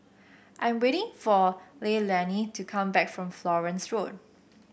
I am waiting for Leilani to come back from Florence Road